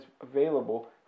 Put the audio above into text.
available